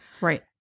Right